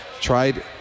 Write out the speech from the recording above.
tried